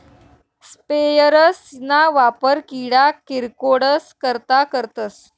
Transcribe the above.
sprayers ना वापर किडा किरकोडस करता करतस